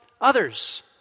others